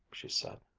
she said.